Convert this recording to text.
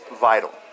vital